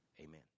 amen